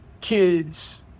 kids